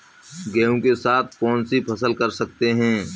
गेहूँ के साथ कौनसी फसल कर सकते हैं?